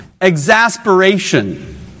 exasperation